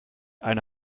eine